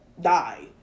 die